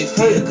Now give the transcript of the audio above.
hey